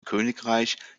königreich